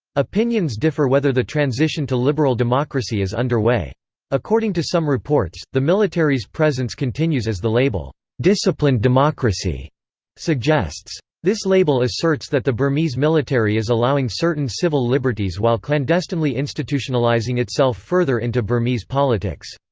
opinions differ whether the transition to liberal democracy is underway according to some reports, the military's presence continues as the label disciplined democracy suggests. this label asserts that the burmese military is allowing certain civil liberties while clandestinely institutionalising itself further into burmese politics.